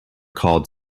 called